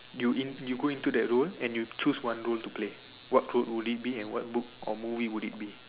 you in you go into that role and you choose one role to play what role would it be and what book or movie would it be